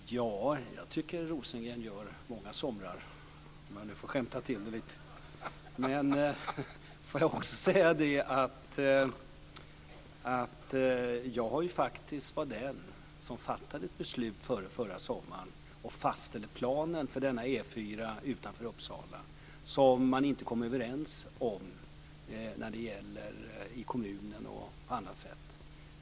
Fru talman! Jag tycker att Rosengren gör många somrar, om jag nu får skämta till det lite. Men jag vill också säga att jag faktiskt var den som fattade ett beslut före förra sommaren och fastställde planen för E 4:an utanför Uppsala, vilket man inte kom överens om i kommunen eller på annat sätt.